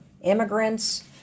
Immigrants